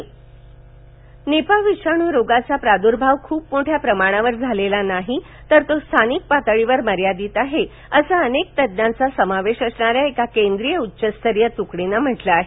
Kerala Nipah Nipah विषाणू रोगाचा प्रादुर्भाव खूप मोठ्या प्रमाणावर झालेला नाही तर तो स्थानिक पातळीवर मर्यादित आहे वसं वनेक तज्ञांचा समावेश वसणाऱ्या एका केंद्रीय उज्ज्व स्तरीय तुकडीनं म्हंटल याहे